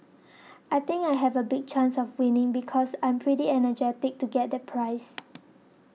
I think I have a big chance of winning because I'm pretty and energetic to get the prize